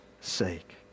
sake